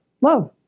Love